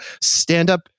stand-up